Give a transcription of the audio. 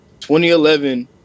2011